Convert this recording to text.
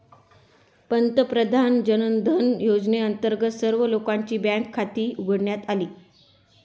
पंतप्रधान जनधन योजनेअंतर्गत सर्व लोकांची बँक खाती उघडण्यात आली